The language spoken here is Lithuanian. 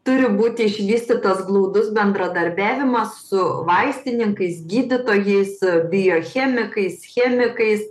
turi būti išvystytas glaudus bendradarbiavimas su vaistininkais gydytojais biochemikais chemikais